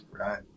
Right